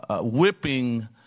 whipping